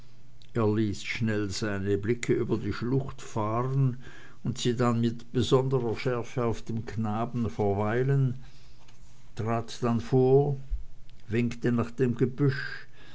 er ließ schnell seine blicke über die schlucht fahren und sie dann mit besonderer schärfe auf dem knaben verweilen trat dann vor winkte nach dem gebüsch